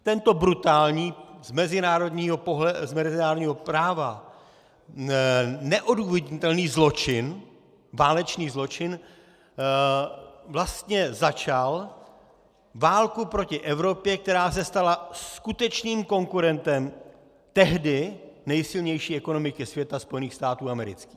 Tento brutální, z mezinárodního práva neodůvodnitelný zločin, válečný zločin, vlastně začal válku proti Evropě, která se stala skutečným konkurentem tehdy nejsilnější ekonomiky světa, Spojených států amerických.